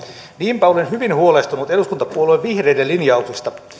niinpä olen hyvin huolestunut eduskuntapuolue vihreiden linjauksesta